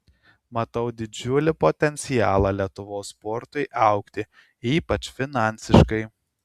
matau didžiulį potencialą lietuvos sportui augti ypač finansiškai